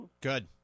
Good